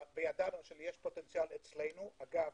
ידענו שיש פוטנציאל אצלנו אגב,